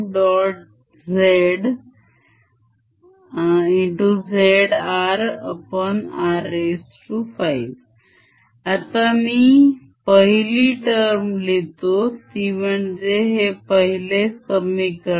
zzrr5 आता मी पहिली term लिहितो ती म्हणजे हे पहिले समीकरण